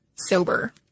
sober